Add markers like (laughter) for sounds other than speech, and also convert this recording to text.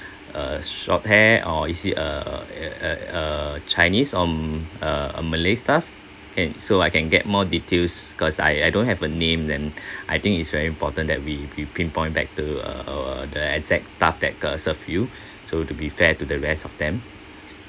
uh short hair or is it a uh uh uh chinese um uh a malay staff okay so I can get more details cause I I don't have a name then (breath) I think it's very important that we we pinpoint back to uh uh the exact staff that uh served you so to be fair to the rest of them